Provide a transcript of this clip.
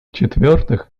четвертых